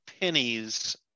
pennies